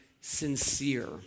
sincere